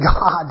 God